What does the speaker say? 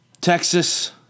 Texas